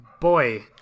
boy